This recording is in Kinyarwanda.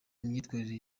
imyitwarire